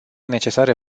necesare